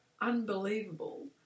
unbelievable